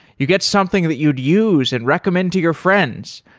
you get something that you'd use and recommend to your friends.